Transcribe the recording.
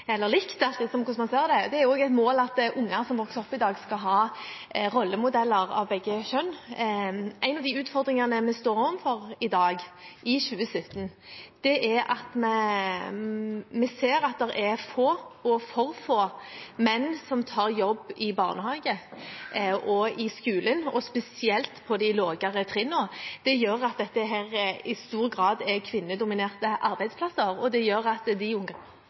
man ser det. Det er også et mål at unger som vokser opp i dag, skal ha rollemodeller av begge kjønn. En av de utfordringene vi står overfor i dag, i 2017, er at vi ser at det er få – og for få – menn som tar jobb i barnehage og skole, spesielt på de lavere trinnene. Det gjør at dette i stor grad er kvinnedominerte arbeidsplasser, og det gjør at de